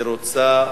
היא רוצה,